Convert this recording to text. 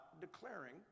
declaring